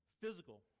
Physical